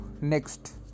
Next